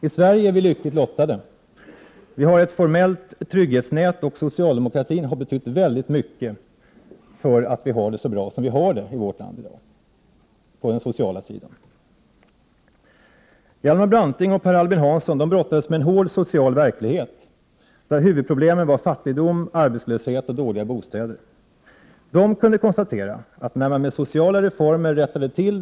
I Sverige är vi lyckligt lottade: Vi har ett formellt trygghetsnät, och socialdemokratin har betytt mycket för att vi på den sociala sidan har det så bra som vi har det i vårt land i dag. Hjalmar Branting och Per Albin Hansson brottades med en hård social verklighet, där huvudproblemen var fattigdom, arbetslöshet och dåliga bostäder. De kunde konstatera att när man med sociala reformer rättade till Prot.